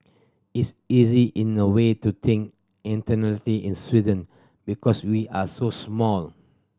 it's easy in a way to think internationally in Sweden because we are so small